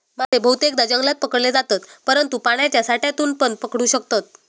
मासे बहुतेकदां जंगलात पकडले जातत, परंतु पाण्याच्या साठ्यातूनपण पकडू शकतत